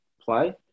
play